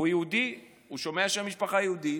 הוא יהודי, הוא שומע שם משפחה יהודי,